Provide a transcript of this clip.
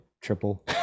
triple